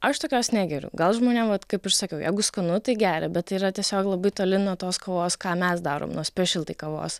aš tokios negeriu gal žmonėm vat kaip ir sakiau jeigu skanu tai geria bet tai yra tiesiog labai toli nuo tos kavos ką mes darom nuo spešelty kavos